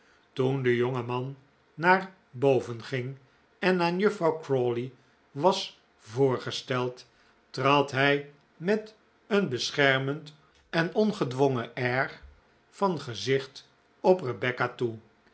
toen de jonge man naar boven ging en aan juffrouw crawley was voorgesteld trad hij met een beschermend en ongedwongen air van gewicht op rebecca toe